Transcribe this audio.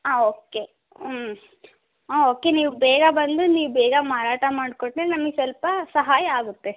ಹಾಂ ಓಕೆ ಹ್ಞೂ ಹಾಂ ಓಕೆ ನೀವು ಬೇಗ ಬಂದು ನೀವು ಬೇಗ ಮಾರಾಟ ಮಾಡಿ ಕೊಟ್ಟರೆ ನಮಗ್ ಸ್ವಲ್ಪ ಸಹಾಯ ಆಗುತ್ತೆ